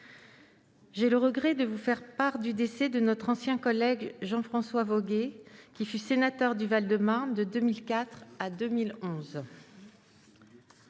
j'ai le regret de vous faire part du décès de notre ancien collègue, Jean-François Voguet, qui fut sénateur du Val-de-Marne de 2004 à 2011.